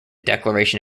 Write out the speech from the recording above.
declaration